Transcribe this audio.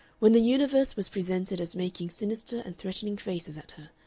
when the universe was presented as making sinister and threatening faces at her,